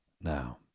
Now